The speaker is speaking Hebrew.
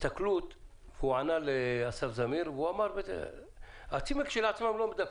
הוא ענה לאסף זמיר ואמר: הצימרים כשלעצמם לא מדבקים.